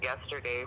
yesterday